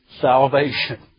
salvation